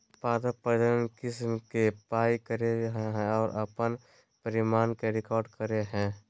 पादप प्रजनन किस्म के पार करेय हइ और अपन परिणाम के रिकॉर्ड करेय हइ